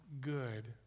good